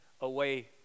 away